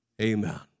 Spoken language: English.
amen